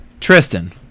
Tristan